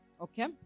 Okay